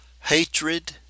Hatred